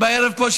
כשבערב פה,